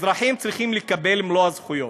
אזרחים צריכים לקבל מלוא הזכויות.